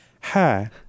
hi